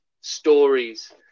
stories